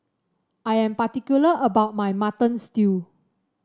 I am particular about my Mutton Stew